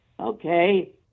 Okay